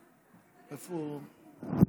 אדוני היושב-ראש,